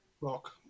Rock